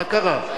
מה קרה.